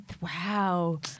Wow